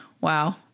Wow